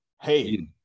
hey